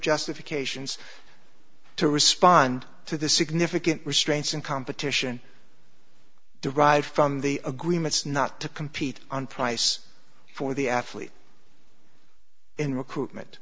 justifications to respond to the significant restraints and competition derived from the agreements not to compete on price for the athlete in recruitment